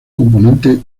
componente